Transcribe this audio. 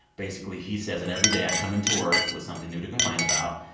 basically, he says that every day i come into work with something new to complain about.